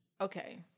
Okay